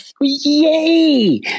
Yay